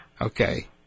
Okay